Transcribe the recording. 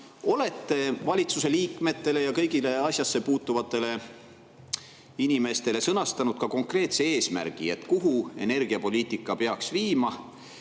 olete valitsuse liikmetele ja kõigile asjasse puutuvatele inimestele sõnastanud konkreetse eesmärgi, kuhu energiapoliitika peaks viima?